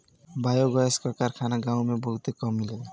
biogas क कारखाना गांवन में बहुते कम मिलेला